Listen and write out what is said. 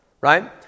Right